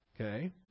Okay